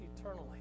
eternally